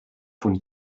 von